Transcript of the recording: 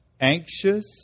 anxious